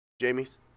Jamie's